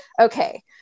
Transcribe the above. okay